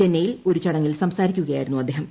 ചെന്നൈയിൽ ഒരു ചടങ്ങിൽ സംസാരിക്കുകയായിരുന്നു അദ്ദേഹം